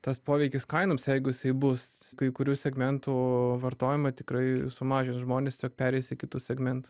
tas poveikis kainoms jeigu jisai bus kai kurių segmentų vartojimą tikrai sumažins žmonės tiesiog pereis į kitus segmentus